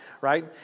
Right